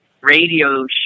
radio